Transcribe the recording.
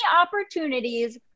opportunities